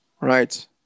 Right